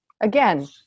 Again